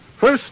First